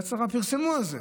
יד שרה פרסמו את זה,